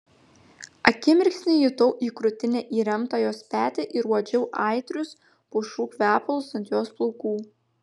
akimirksnį jutau į krūtinę įremtą jos petį ir uodžiau aitrius pušų kvepalus ant jos plaukų